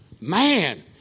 man